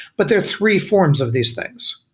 but there are three forms of these things.